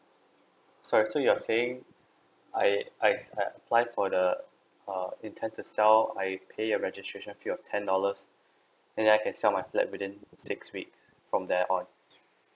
sorry so you are saying I I've I apply for the err intend to sell I pay a registration fee of ten dollars then I can sell my flat within six weeks from there on